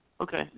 Okay